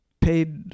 paid